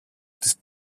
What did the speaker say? τις